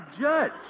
Judge